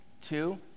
Two